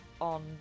on